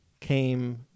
came